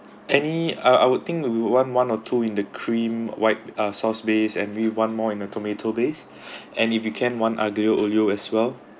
any I I would think we we want one or two in the cream white uh sauce based and maybe one more in a tomato base and if it can one aglio olio as well